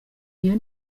iyo